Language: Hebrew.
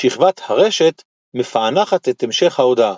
שכבת הרשת מפענחת את המשך ההודעה.